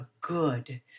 good